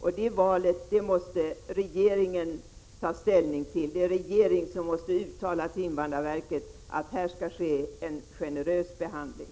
Det valet innebär att regeringen måste ta ställning till frågan. Regeringen måste uttala till invandrarverket att här skall ske en generös behandling.